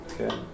Okay